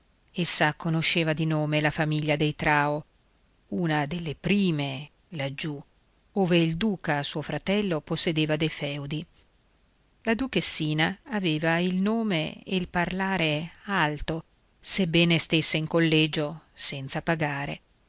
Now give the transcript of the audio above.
tratta essa conosceva di nome la famiglia dei trao una delle prime laggiù ove il duca suo fratello possedeva dei feudi la duchessina aveva il nome e il parlare alto sebbene stesse in collegio senza pagare